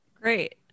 Great